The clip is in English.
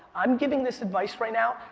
i'm giving this advice right now,